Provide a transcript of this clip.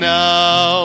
now